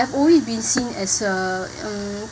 I've always been seen as a mm